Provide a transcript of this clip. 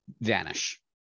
vanish